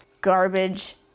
garbage